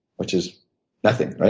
which is nothing.